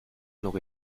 nourri